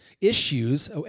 issues